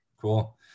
Cool